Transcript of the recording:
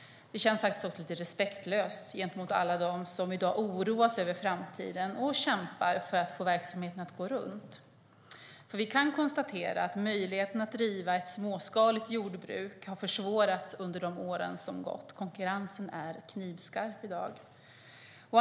Det känns respektlöst gentemot alla dem som i dag oroas över framtiden och kämpar för att få verksamheten att gå runt. Vi kan konstatera att möjligheterna att driva ett småskaligt jordbruk har försvårats under de år som gått. Konkurrensen är knivskarp i dag.